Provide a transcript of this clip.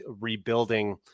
rebuilding